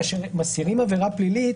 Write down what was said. כאשר מסירים עבירה פלילית,